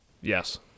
Yes